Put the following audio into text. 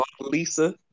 Lisa